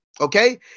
Okay